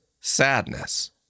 sadness